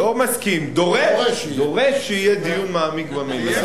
לא מסכים, דורש שיהיה דיון מעמיק במליאה.